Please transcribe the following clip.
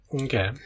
Okay